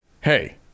hey